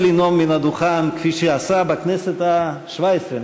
לנאום מן הדוכן כפי שעשה בכנסת השבע-עשרה,